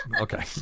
Okay